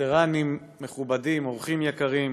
וטרנים מכובדים, אורחים יקרים,